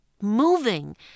moving